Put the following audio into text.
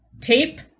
tape